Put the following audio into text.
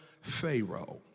Pharaoh